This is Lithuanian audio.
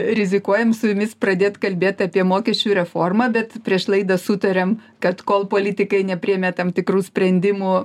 rizikuojam su jumis pradėt kalbėt apie mokesčių reformą bet prieš laidą sutarėm kad kol politikai nepriėmė tam tikrų sprendimų